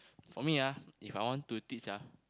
for me ah If I want to teach ah